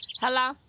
Hello